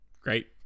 Great